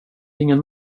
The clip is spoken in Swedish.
ingen